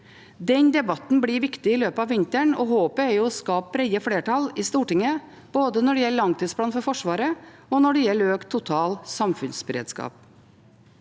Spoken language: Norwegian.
Den debatten blir viktig i løpet av vinteren, og håpet er å skape brede flertall i Stortinget, både når det gjelder langtidsplanen for Forsvaret, og når det gjelder økt total samfunnsberedskap.